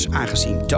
aangezien